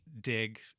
dig